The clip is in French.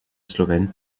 slovène